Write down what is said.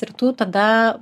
ir tu tada